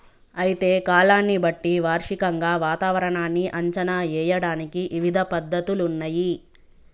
అయితే కాలాన్ని బట్టి వార్షికంగా వాతావరణాన్ని అంచనా ఏయడానికి ఇవిధ పద్ధతులున్నయ్యి